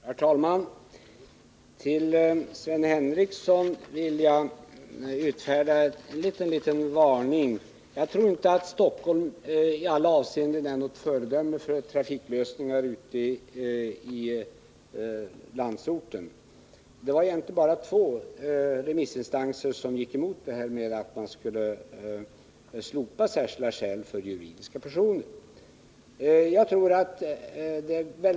Herr talman! Till Sven Henricsson vill jag utfärda en liten varning. Jag tror inte att Stockholm i alla avseenden är ett gott föredöme när det gäller att klara trafikförsörjningen ute i landsorten. Det är egentligen bara två remissinstanser som har gått emot förslaget om att slopa kravet på särskilda skäl för juridiska personer att driva yrkesmässig trafik.